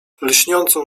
lśniącą